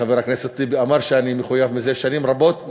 חבר הכנסת טיבי אמר שאני מחויב לנושא זה שנים רבות.